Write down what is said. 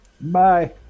Bye